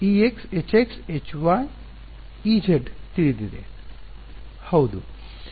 ವಿದ್ಯಾರ್ಥಿ ಸಮಯ ನೋಡಿ 0137 Hx Hy Ez ತಿಳಿದಿದೆ